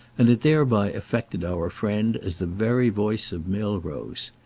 and it thereby affected our friend as the very voice of milrose.